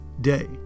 day